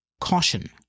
Caution